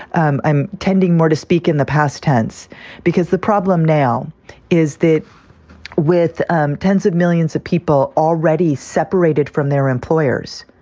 um i'm tending more to speak in the past tense because the problem now is that with um tens of millions of people already separated from their employers,